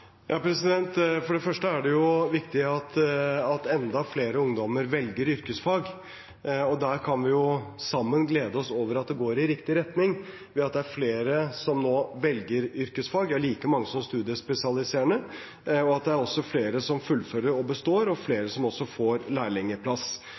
For det første er det viktig at enda flere ungdommer velger yrkesfag. Der kan vi sammen glede oss over at det går i riktig retning, ved at det er flere som nå velger yrkesfag – like mange som velger studiespesialisering. Det er også flere som fullfører og består, og